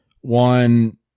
One